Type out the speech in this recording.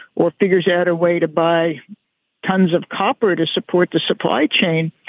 or figures out a way to buy tons of copper to support the supply chain.